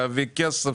על להביא כסף,